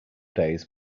days